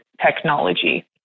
technology